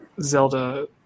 Zelda